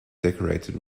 decorated